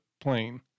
plane